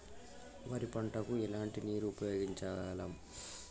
వరి పంట కు ఎలాంటి నీరు ఉపయోగించగలం?